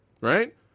right